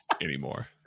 anymore